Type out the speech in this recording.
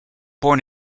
born